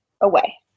away